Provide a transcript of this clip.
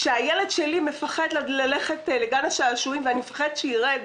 כשהילד שלי מפחד ללכת לגן השעשועים ואני מפחד שירד מהבית,